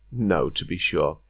no, to be sure!